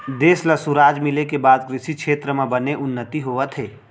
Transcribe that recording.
देस ल सुराज मिले के बाद कृसि छेत्र म बने उन्नति होवत हे